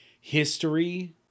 history